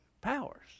powers